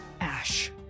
Ash